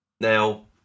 Now